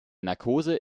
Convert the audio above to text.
narkose